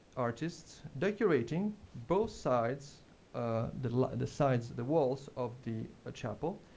artists decorating both sides ah the the sides of the walls of the chapel.